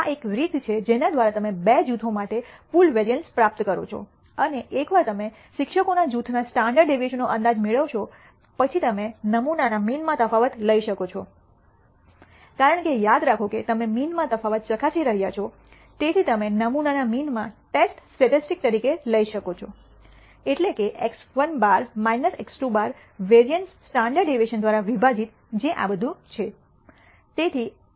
આ એક રીત છે જેના દ્વારા તમે બે જૂથો માટે પૂલ વેરિઅન્સ પ્રાપ્ત કરો છો અને એકવાર તમે શિક્ષકોના જૂથના સ્ટાન્ડર્ડ ડેવિએશન નો અંદાજ મેળવશો પછી તમે નમૂનાના મીન માં તફાવત લઈ શકો છો કારણ કે યાદ રાખો કે તમે મીન માં તફાવત ચકાસી રહ્યા છો તેથી તમે નમૂનાના મીન માં ટેસ્ટ સ્ટેટિસ્ટિક્સ તરીકે લઈ શકો છો એટલે કે x̅1 x̅2 variance standard deviation દ્વારા વિભાજિત જે આ બધું છે